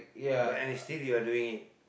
but and still you're doing it